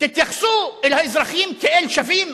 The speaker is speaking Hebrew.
תתייחסו אל האזרחים כאל שווים,